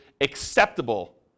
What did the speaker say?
acceptable